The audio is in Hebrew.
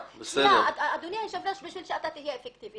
אדוני היושב ראש, תהיה אפקטיבי.